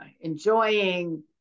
enjoying